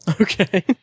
Okay